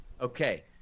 Okay